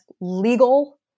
legal